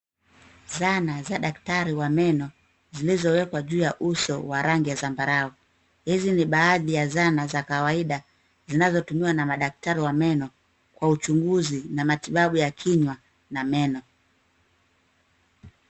Zana za daktari wa meno zilizowekwa juu ya uso wa rangi ya zambarau. Hizi ni baadhi ya zana za kawaida zinazotumiwa na madaktari wa meno kwa uchunguzi na matibabu ya kinywa na meno.